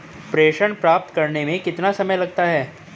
प्रेषण प्राप्त करने में कितना समय लगता है?